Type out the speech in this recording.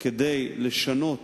כדי לשנות